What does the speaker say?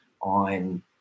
on